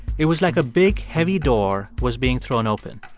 it was like a big, heavy door was being thrown open.